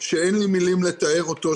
שאין לי מילים לתאר אותו,